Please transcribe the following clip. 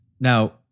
Now